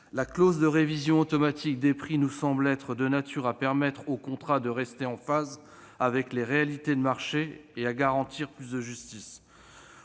La clause de révision automatique des prix nous semble être de nature à permettre aux contrats de rester en phase avec les réalités du marché et à garantir plus de justice.